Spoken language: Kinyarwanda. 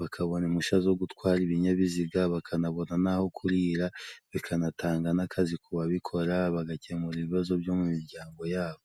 bakabona impushya zo gutwara ibinyabiziga, bakanabona n'aho kurira, bikanatanga n'akazi ku babikora, bagakemura ibibazo byo mu miryango yabo.